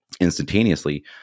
instantaneously